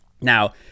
Now